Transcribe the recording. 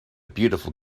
beautiful